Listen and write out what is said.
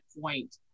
point